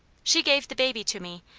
she gave the baby to me,